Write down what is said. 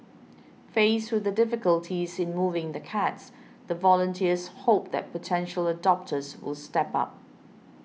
faced with the difficulties in moving the cats the volunteers hope that potential adopters will step up